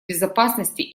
безопасности